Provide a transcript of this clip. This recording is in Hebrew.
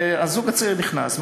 הזוג הצעיר נכנס,